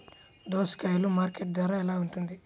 దోసకాయలు మార్కెట్ ధర ఎలా ఉంటుంది?